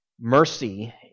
mercy